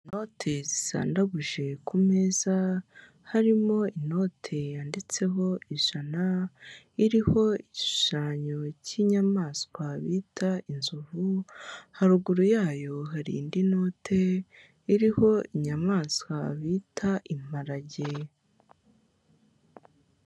Inote zisandaguje ku meza, harimo inote yanditseho ijana, iriho igishushanyo k'inyamaswa bita inzovu, haruguru yayo hari indi note iriho inyamaswa bita imparage.